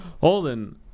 Holden